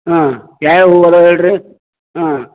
ಹಾಂ ಯಾಯಾವ ಹೂವಿದಾವೆ ಹೇಳಿರಿ ಹಾಂ